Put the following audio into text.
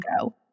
go